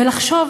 ולחשוב